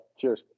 Cheers